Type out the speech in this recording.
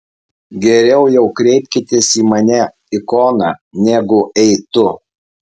geriau jau kreipkitės į mane ikona negu ei tu